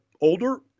older